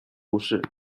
都市